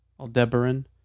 Aldebaran